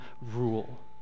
rule